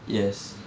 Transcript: yes